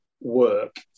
work